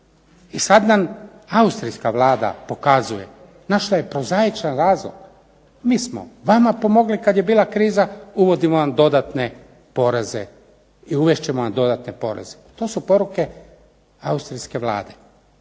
I sad nam austrijska Vlada pokazuje. .../Govornik se ne razumije./... prozaičan razlog. Mi smo vama pomogli kad je bila kriza, uvodimo vam dodatne poreze i uvest ćemo vam dodatne poreze. To su poruke austrijske Vlade.